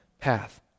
path